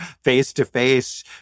face-to-face